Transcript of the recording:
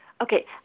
Okay